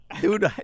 Dude